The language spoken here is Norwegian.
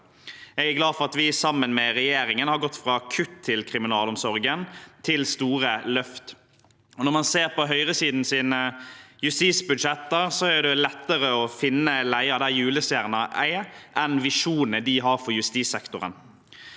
Jeg er glad for at vi sammen med regjeringen har gått fra kutt i kriminalomsorgen til store løft. Når man ser på høyresidens justisbudsjetter, er det lettere å «finne leia der julestjerna er» enn visjonene de har for justissektoren.